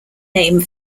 name